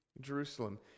Jerusalem